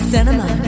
Cinema